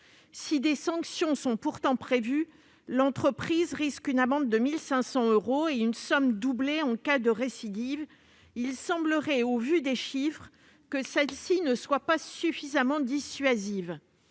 Si des sanctions sont prévues- l'entreprise risque une amende de 1 500 euros, doublée en cas de récidive -, il semblerait, au vu des chiffres, que celles-ci ne soient pas suffisamment dissuasives.